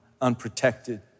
unprotected